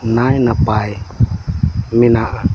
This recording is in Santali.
ᱱᱟᱭ ᱱᱟᱯᱟᱭ ᱢᱮᱱᱟᱜᱼᱟ